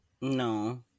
No